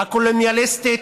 הקולוניאליסטית,